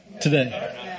today